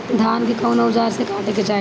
धान के कउन औजार से काटे के चाही?